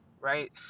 right